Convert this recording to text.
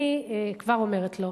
אני כבר אומרת לו: